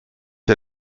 der